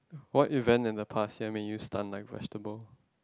what event in the past year made you stunned like vegetable